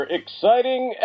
exciting